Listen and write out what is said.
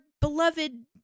beloved